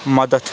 مدد